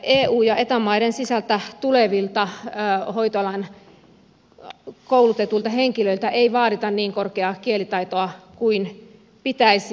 eu ja eta maiden sisältä tulevilta hoitoalan koulutetuilta henkilöiltä ei vaadita niin korkeaa kielitaitoa kuin pitäisi